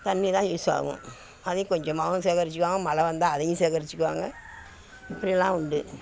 தண்ணிதான் யூஸாகவும் அது கொஞ்சமாகவும் சேகரிச்சிப்பாங்கள் மழை வந்தால் அதையும் சேகரிச்சிக்குவாங்க இப்படி எல்லாம் உண்டு